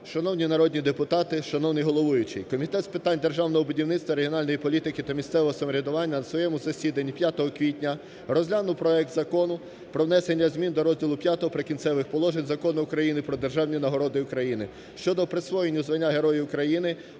Шановні народні депутати! Шановний головуючий! Комітет з питань державного будівництва, регіональної політики та місцевого самоврядування на своєму засіданні 5 квітня розглянув проект Закону про внесення змін до розділу V "Прикінцеві положення" Закону України "Про державні нагороди України" щодо присвоєння звання Герой України,